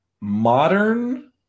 modern